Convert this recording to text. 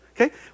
okay